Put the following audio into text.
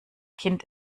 kind